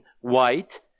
white